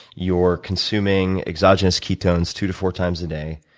you're consuming exogenous ketones two to four times a day,